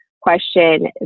question